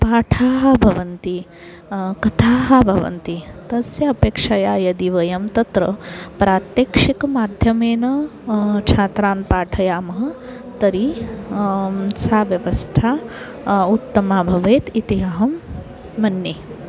पाठाः भवन्ति कथाः भवन्ति तस्य अपेक्षया यदि वयं तत्र प्रत्यक्षमाध्यमेन छात्रान् पाठयामः तर्हि सा व्यवस्था उत्तमा भवेत् इति अहं मन्ये